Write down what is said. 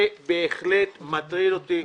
זה בהחלט מטריד אותי.